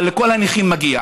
אבל לכל הנכים מגיע.